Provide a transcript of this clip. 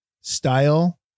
style